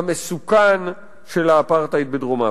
המסוכן של האפרטהייד בדרום-אפריקה.